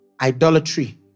idolatry